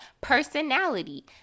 Personality